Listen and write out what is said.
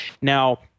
Now